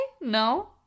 No